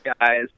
guys